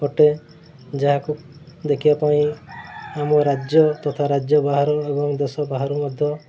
ଅଟେ ଯାହାକୁ ଦେଖିବା ପାଇଁ ଆମ ରାଜ୍ୟ ତଥା ରାଜ୍ୟ ବାହାରୁ ଏବଂ ଦେଶ ବାହାରୁ ମଧ୍ୟ